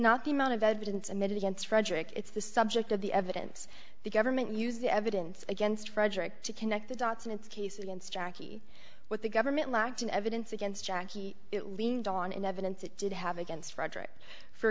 not the amount of evidence admitted against frederick it's the subject of the evidence the government used the evidence against frederick to connect the dots in its case against jackie what the government lacked in evidence against jackie it leaned on evidence it did have against frederick for